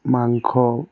মাংস